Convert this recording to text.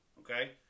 okay